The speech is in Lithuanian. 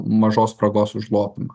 mažos spragos užlopymą